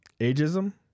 Ageism